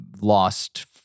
lost